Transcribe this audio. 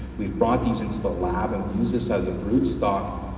we've brought these into the lab and used this as a group stop.